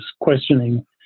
questioning